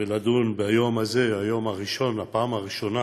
ולדון ביום הזה, היום הראשון, הפעם הראשונה